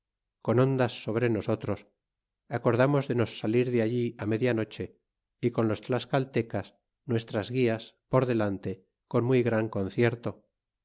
con hondas sobre nosotros acordamos de nos salir de allí media noche y con los tlascaltecas nuestras guias por delante coa muy gran concierto